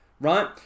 right